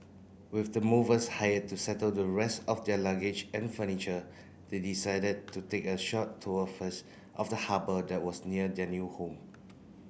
with the movers hired to settle the rest of their luggage and furniture they decided to take a short tour first of the harbour that was near their new home